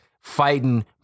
fighting